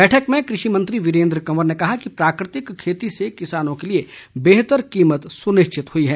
बैठक में कृषि मंत्री वीरेंद्र कंवर ने कहा कि प्राकृतिक खेती से किसानों के लिए बेहतर कीमत सुनिश्चित हुई है